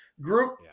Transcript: Group